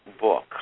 book